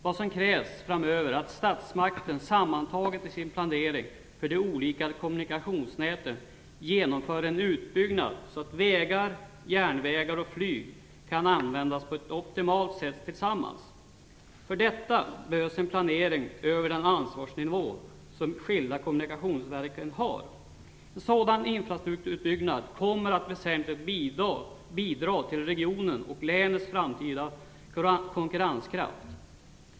Vad som krävs framöver är att statsmakten framöver i sin sammantagna planering för de olika kommunikationsnäten genomför en utbyggnad så att vägar, järnvägar och flyg kan användas på ett optimalt sätt tillsammans. För detta behövs en planering utöver den ansvarsnivå som de skilda kommunikationsverken har. En sådan infrastrukturutbyggnad kommer att väsentligt bidra till regionens och länets framtida konkurrenskraft.